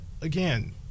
again